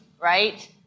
right